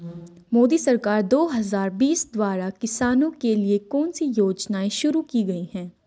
मोदी सरकार दो हज़ार बीस द्वारा किसानों के लिए कौन सी योजनाएं शुरू की गई हैं?